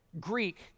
Greek